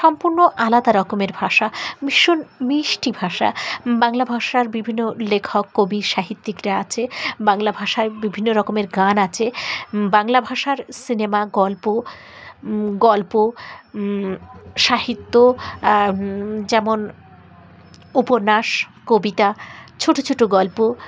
সম্পূর্ণ আলাদা রকমের ভাষা ভীষণ মিষ্টি ভাষা বাংলা ভাষার বিভিন্ন লেখক কবি সাহিত্যিকরা আছে বাংলা ভাষায় বিভিন্ন রকমের গান আছে বাংলা ভাষার সিনেমা গল্প গল্প সাহিত্য যেমন উপন্যাস কবিতা ছোটো ছোটো গল্প